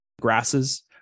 grasses